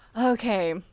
Okay